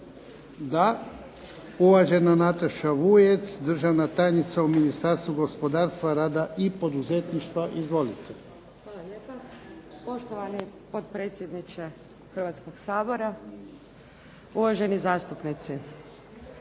Da. Uvažena Nataša Vujec, državna tajnica u Ministarstvu gospodarstva, rada i poduzetništva. Izvolite. **Vujec, Nataša** Hvala lijepa. Poštovani potpredsjedniče Hrvatskog sabora, uvaženi zastupnici.